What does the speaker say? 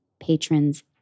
patrons